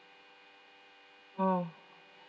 uh